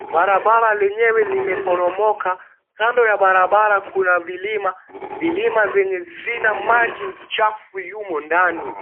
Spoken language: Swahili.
Barabara lenyewe limeporomoka, kando ya barabara kuna milima, milima zenye zina maji chafu yumo ndani.